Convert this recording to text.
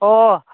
ꯑꯣ